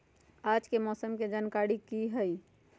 आज के मौसम के जानकारी कि हई?